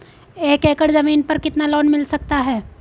एक एकड़ जमीन पर कितना लोन मिल सकता है?